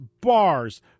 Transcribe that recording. bars